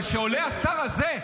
אבל כשעולה השר הזה,